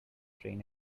train